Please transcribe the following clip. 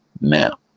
Now